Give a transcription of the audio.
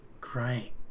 Great